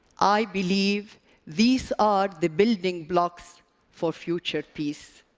i believe these are the building blocks for future peace.